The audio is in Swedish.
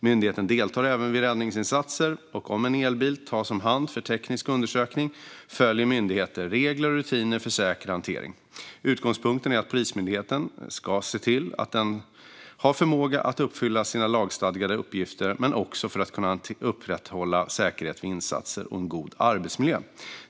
Myndigheten deltar även vid räddningsinsatser, och om en elbil tas om hand för teknisk undersökning följer myndigheten regler och rutiner för säker hantering. Utgångspunkten är att Polismyndigheten ska se till att den har förmåga att uppfylla sina lagstadgade uppgifter men också att upprätthålla säkerhet vid insatser och en god arbetsmiljö.